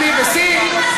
B ו-C,